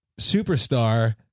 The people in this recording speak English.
Superstar